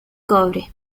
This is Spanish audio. cobre